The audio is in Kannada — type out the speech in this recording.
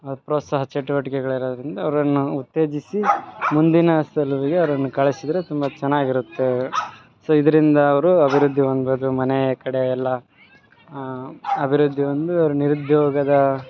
ಅದು ಪ್ರೋತ್ಸಾಹ ಚಟುವಟಿಕೆಗಳು ಇರೋದರಿಂದ ಅವರನ್ನ ಉತ್ತೇಜಿಸಿ ಮುಂದಿನ ಸಲುವಿಗೆ ಅವ್ರನ್ನ ಕಳ್ಸಿದ್ದರೆ ತುಂಬ ಚೆನ್ನಾಗಿರುತ್ತೆ ಸೊ ಇದರಿಂದ ಅವರು ಅಭಿವೃದ್ಧಿ ಹೊಂದ್ಬೌದು ಮನೆ ಕಡೆಯೆಲ್ಲ ಅಭಿವೃದ್ಧಿ ಹೊಂದೋರು ನಿರುದ್ಯೋಗದ